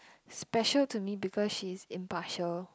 special to me because she is impartial